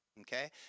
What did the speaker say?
okay